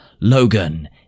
Logan